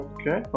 Okay